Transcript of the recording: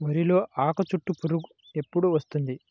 వరిలో ఆకుచుట్టు పురుగు ఎప్పుడు వస్తుంది?